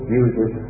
uses